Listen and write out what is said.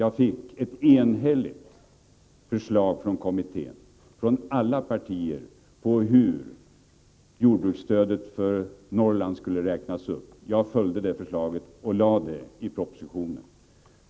Jag fick ett enhälligt förslag från kommittén, från alla partier, om hur jordbruksstödet till Norrland skulle räknas upp. Jag följde det förslaget och lade fram det i propositionen.